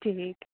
ठिक